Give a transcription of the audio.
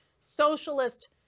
socialist